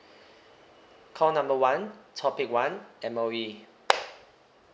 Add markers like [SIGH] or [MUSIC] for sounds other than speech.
call number one topic one M_O_E [NOISE]